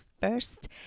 first